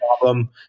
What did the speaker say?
problem